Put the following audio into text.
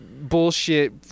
bullshit